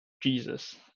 Jesus